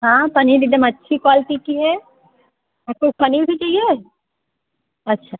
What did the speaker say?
हाँ पनीर एकदम अच्छी क्वॉलिटी की है आपको पनीर भी चाहिए अच्छा